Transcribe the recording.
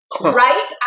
right